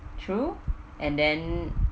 true and then